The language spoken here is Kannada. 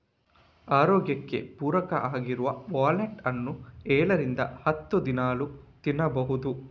ಆರೋಗ್ಯಕ್ಕೆ ಪೂರಕ ಆಗಿರುವ ವಾಲ್ನಟ್ ಅನ್ನು ಏಳರಿಂದ ಹತ್ತು ದಿನಾಲೂ ತಿನ್ಬಹುದು